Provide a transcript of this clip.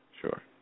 sure